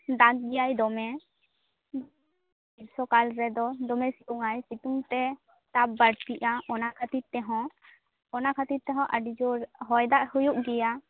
ᱫᱟᱜ ᱜᱮᱭᱟᱭ ᱫᱚᱢᱮ ᱥᱚᱠᱟᱞ ᱨᱮᱫᱚ ᱫᱚᱢᱮ ᱥᱤᱛᱩᱩᱝᱼᱟᱭ ᱥᱤᱛᱩᱝᱛᱮ ᱛᱟᱯ ᱵᱟᱹᱲᱛᱤᱭᱟ ᱚᱱᱟ ᱠᱷᱟᱹᱛᱤᱨ ᱛᱮᱦᱚᱸ ᱚᱱᱟ ᱠᱷᱟᱹᱛᱤᱨ ᱛᱮᱦᱚᱸ ᱟᱹᱰᱤ ᱡᱳᱨ ᱦᱚᱭ ᱫᱟᱜ ᱦᱩᱭᱩᱜ ᱜᱮᱭᱟ